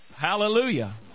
hallelujah